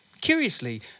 curiously